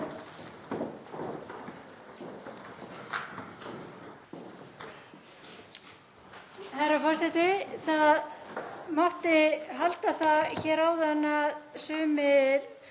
Herra forseti. Það mátti halda það hér áðan að sumir